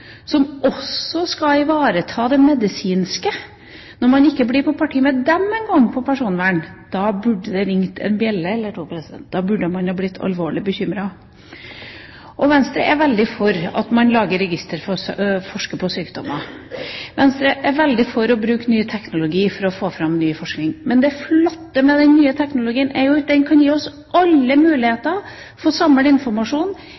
da burde det ringe en bjelle eller to. Da burde man bli alvorlig bekymret. Venstre er veldig for at man lager register og forsker på sykdommer. Venstre er veldig for å bruke ny teknologi for å få fram ny forskning, og det flotte med den nye teknologien er jo at den kan gi oss alle muligheter for å samle informasjon